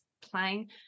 playing